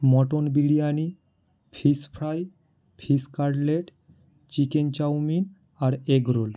mutton biryani fish fry fish cutlet chicken chowmein আর egg roll